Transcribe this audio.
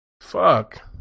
Fuck